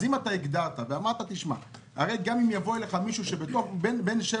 אם הגדרת ואמרת שגם אם יבוא אליך מישהו שבין 7